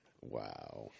Wow